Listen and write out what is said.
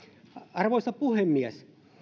arvoisa puhemies